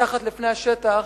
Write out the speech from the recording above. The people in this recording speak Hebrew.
מתחת לפני השטח,